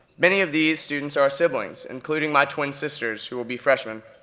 many of these students are our siblings, including my twin sisters, who will be freshmen.